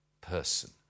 person